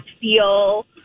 feel